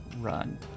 Run